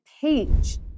page